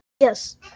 Yes